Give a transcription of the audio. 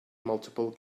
multiple